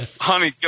Honey